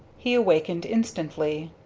he awakened instantly.